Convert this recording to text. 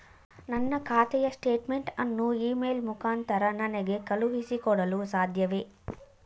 ನನ್ನ ಖಾತೆಯ ಸ್ಟೇಟ್ಮೆಂಟ್ ಅನ್ನು ಇ ಮೇಲ್ ಮುಖಾಂತರ ನನಗೆ ಕಳುಹಿಸಿ ಕೊಡಲು ಸಾಧ್ಯವೇ?